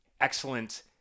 excellent